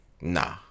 Nah